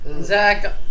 Zach